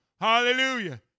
Hallelujah